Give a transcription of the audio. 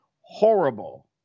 horrible